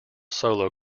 solo